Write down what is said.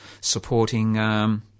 supporting